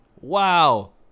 Wow